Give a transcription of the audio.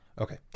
Okay